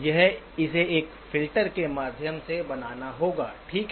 या इसे एक फ़िल्टर के माध्यम से बनाना होगा ठीक है